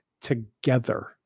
together